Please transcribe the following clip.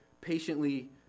patiently